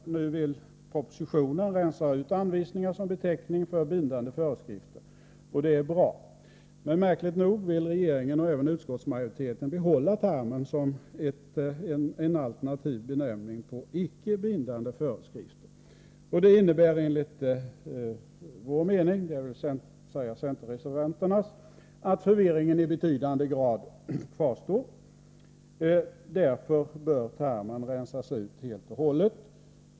Nu vill man enligt — Nr 126 propositionen rensa ut anvisningar som beteckning för bindande föreskrifter. Det är bra. Men märkligt nog vill regeringen och även utskottsmajoriteten 13a SS 1984 behålla termen som en alternativ benämning på icke bindande föreskrifter. P Det innebär enligt vår mening — det vill säga centerreservanterna — att ; LA i Rae Den statliga verkförvirringen i betydande grad kvarstår. Därför bör termen rensas ut helt och ä hållet.